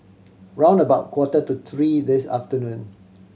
round about quarter to three this afternoon